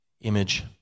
image